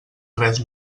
res